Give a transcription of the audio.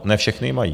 Ne všechny ji mají.